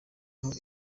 aho